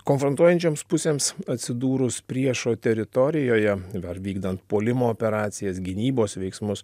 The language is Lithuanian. konfrontuojančioms pusėms atsidūrus priešo teritorijoje ar vykdant puolimo operacijas gynybos veiksmus